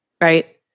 right